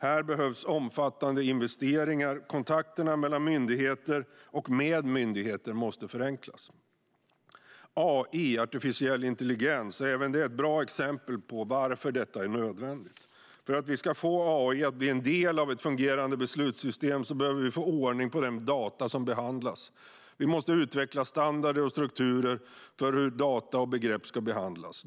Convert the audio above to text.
Här behövs omfattande investeringar, och kontakterna mellan och med myndigheter måste förenklas. Även AI, artificiell intelligens, är ett bra exempel på varför detta är nödvändigt. För att vi ska få AI att bli en del av ett fungerande beslutssystem behöver vi få ordning på den data som behandlas. Vi måste utveckla standarder och strukturer för hur data och begrepp ska behandlas.